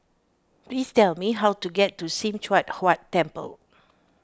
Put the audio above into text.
please tell me how to get to Sim Choon Huat Temple